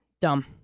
dumb